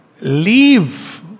leave